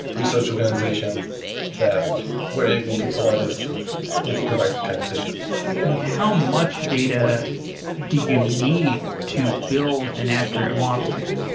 research organizations that were able to provide us with with the right kind of data how much data do you need to build an accurate model here?